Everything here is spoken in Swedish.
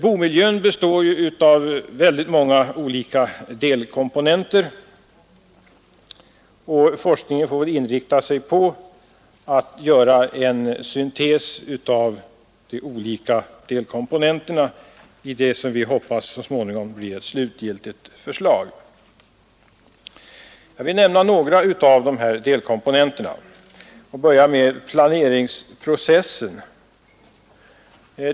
Boendemiljön består ju av många olika delkomponenter, och forskningen får väl inrikta sig på att göra en syntes av de olika delkomponenterna i det som vi hoppas så småningom blir ett slutgiltigt förslag. Jag vill nämna några av dessa delkomponenter och börjar med planeringsprocessen.